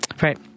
Right